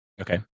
Okay